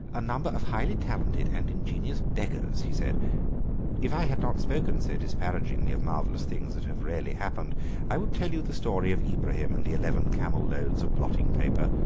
a number of highly talented and ingenious beggars, he said if i had not spoken so disparagingly of marvellous things that have really happened i would tell you the story of ibrahim and the eleven camel-loads of blotting-paper.